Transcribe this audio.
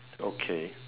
okay